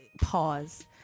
pause